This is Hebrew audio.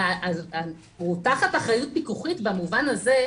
הוא תחת אחריות פיקוחית במובן הזה,